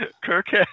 Kirk